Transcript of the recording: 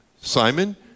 Simon